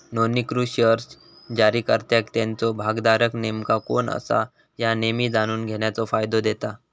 नोंदणीकृत शेअर्स जारीकर्त्याक त्याचो भागधारक नेमका कोण असा ह्या नेहमी जाणून घेण्याचो फायदा देता